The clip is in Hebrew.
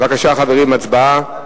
בבקשה, חברים, הצבעה.